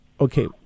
okay